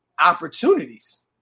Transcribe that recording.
opportunities